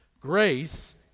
Grace